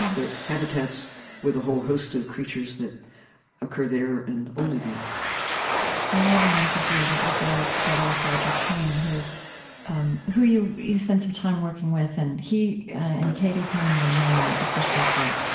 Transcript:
yeah there are habitats with a whole host of creatures that occur there and only there i read an interview that you gave together with roger payne, who um who you you spent some time working with, and he and katy payne were known especially for